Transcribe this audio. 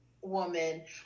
woman